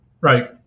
Right